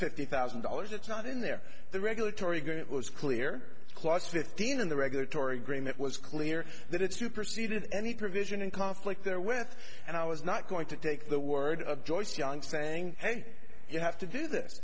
fifty thousand dollars it's not in there the regulatory going it was clear clause fifteen in the regulatory green that was clear that it superseded any provision in conflict there with and i was not going to take the word of joyce young saying hey you have to do this